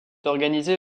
organisé